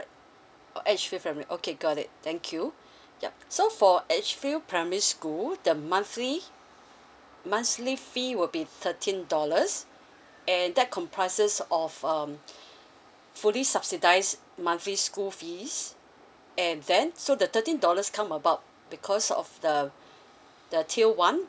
oh okay got it thank you yup so for primary school the monthly monthly fee will be thirteen dollars and that comprises of um fully subsidized monthly school fees and then so the thirteen dollars come about because of the uh the tier one